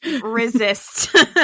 Resist